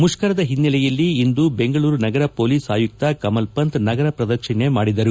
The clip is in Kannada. ಮುಷ್ಕರದ ಓನ್ನೆಲೆಯಲ್ಲಿ ಇಂದು ಬೆಂಗಳೂರು ನಗರ ಮೊಲೀಸ್ ಅಯುಕ್ತ ಕಮಲ್ ಪಂತ್ ನಗರ ಪ್ರದಕ್ಷಣೆ ಮಾಡಿದರು